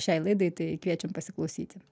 šiai laidai tai kviečiam pasiklausyti